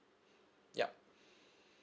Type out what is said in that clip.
ya